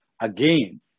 again